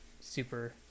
super